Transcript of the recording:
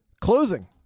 Closing